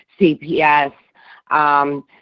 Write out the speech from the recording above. CPS